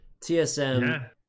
TSM